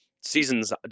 seasons